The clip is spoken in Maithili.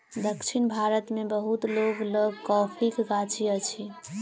दक्षिण भारत मे बहुत लोक लग कॉफ़ीक गाछी अछि